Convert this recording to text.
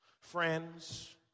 Friends